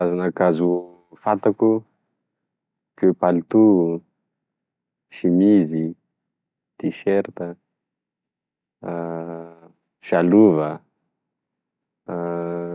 Karazana akanzo fantako ohatry palotao, semizy, tiserta, salova.